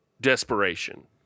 desperation